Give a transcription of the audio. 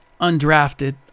undrafted